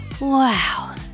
Wow